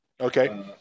Okay